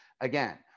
Again